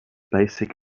basic